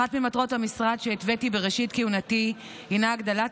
אחת ממטרות המשרד שהתוויתי בראשית כהונתי היא הגדלת